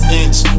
inch